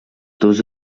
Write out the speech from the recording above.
dos